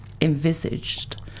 Envisaged